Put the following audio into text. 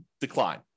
decline